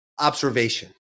observation